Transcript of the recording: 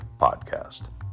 Podcast